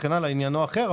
ועניינו אחר.